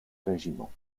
régiment